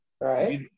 Right